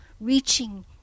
reaching